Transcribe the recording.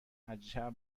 عجب